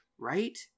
right